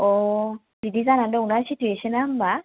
अ बिदि जानान दं ना सिटुएशोना होमबा